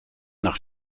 nach